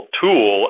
tool